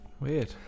weird